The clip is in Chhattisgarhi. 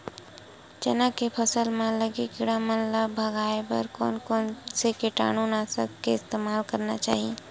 चना के फसल म लगे किड़ा मन ला भगाये बर कोन कोन से कीटानु नाशक के इस्तेमाल करना चाहि?